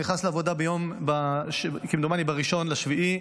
הוא נכנס לעבודה כמדומני ב-1 ביולי,